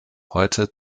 heute